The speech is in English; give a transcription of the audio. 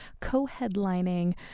co-headlining